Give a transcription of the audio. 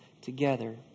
together